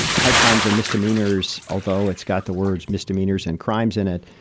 high crimes and misdemeanors, although it's got the words misdemeanors and crimes in it,